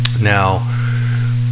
now